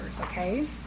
okay